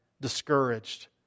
discouraged